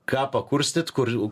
ką pakurstyt kur